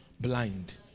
blind